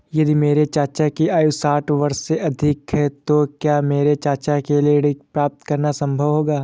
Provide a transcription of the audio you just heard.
यदि मेरे चाचा की आयु साठ वर्ष से अधिक है तो क्या मेरे चाचा के लिए ऋण प्राप्त करना संभव होगा?